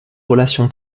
relation